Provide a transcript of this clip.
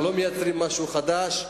אנחנו לא מייצרים משהו חדש.